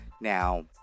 Now